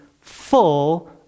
full